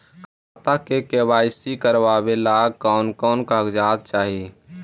खाता के के.वाई.सी करावेला कौन कौन कागजात चाही?